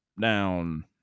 down